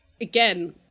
again